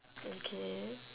okay